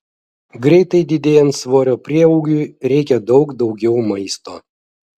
greitai didėjant svorio prieaugiui reikia daug daugiau maisto